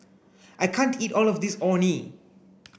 I can't eat all of this Orh Nee